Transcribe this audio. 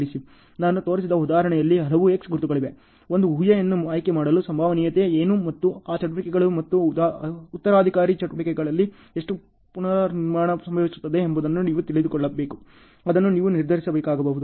ನಾನು ತೋರಿಸಿದ ಉದಾಹರಣೆಯಲ್ಲಿ ಹಲವು X ಗುರುತುಗಳಿವೆ ಒಂದು ಊಹೆಯನ್ನು ಆಯ್ಕೆಮಾಡಲು ಸಂಭವನೀಯತೆ ಏನು ಮತ್ತು ಆ ಚಟುವಟಿಕೆಗಳು ಮತ್ತು ಉತ್ತರಾಧಿಕಾರಿ ಚಟುವಟಿಕೆಗಳಲ್ಲಿ ಎಷ್ಟು ಪುನರ್ನಿರ್ಮಾಣವು ಸಂಭವಿಸುತ್ತದೆ ಎಂಬುದನ್ನು ನೀವು ತಿಳಿದುಕೊಳ್ಳಬೇಕು ಅದನ್ನುನೀವು ನಿರ್ಧರಿಸಬೇಕಾಗಬಹುದು